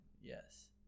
yes